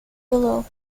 below